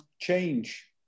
change